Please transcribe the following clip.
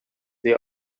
they